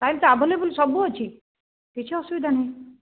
ନାଇଁ ତ ଆଭେଲେବଲ ସବୁ ଅଛି କିଛି ଅସୁବିଧା ନାହିଁ